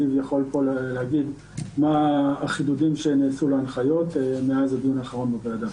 זיו יכול להגיד מה החידודים שנעשו להנחיות מאז הדיון האחרון בוועדה.